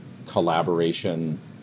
collaboration